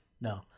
No